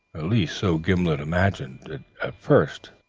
at least so gimblet imagined it at first,